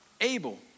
Abel